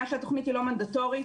שהתוכנית היא לא מנדטורית,